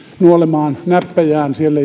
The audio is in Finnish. nuolemaan näppejään siellä